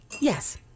yes